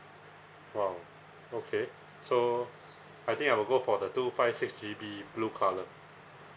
!wow! okay so I think I will go for the two five six G_B blue colour